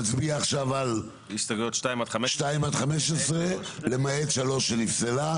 נצביע עכשיו על הסתייגויות 2 עד 15 למעט 3 שנפסלה.